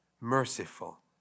merciful